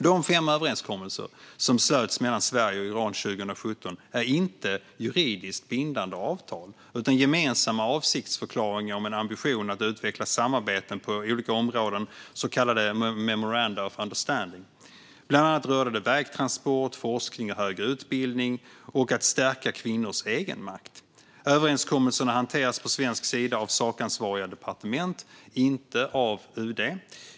De fem överenskommelser som slöts mellan Sverige och Iran 2017 är inte juridiskt bindande avtal utan gemensamma avsiktsförklaringar om en ambition att utveckla samarbeten på olika områden, så kallade memoranda of understanding . Bland annat rörde det vägtransport, forskning och högre utbildning och att stärka kvinnors egenmakt. Överenskommelserna hanteras på svensk sida av sakansvariga departement, inte av UD.